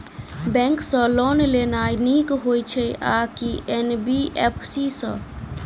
Bank सँ loan लेनाय नीक होइ छै आ की एन.बी.एफ.सी सँ?